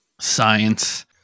science